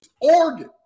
Oregon